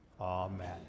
Amen